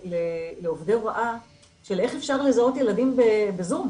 לעובדי הוראה של איך אפשר לזהות ילדים בזום.